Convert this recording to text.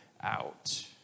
out